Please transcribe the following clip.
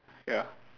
ya